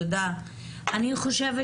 אני חושבת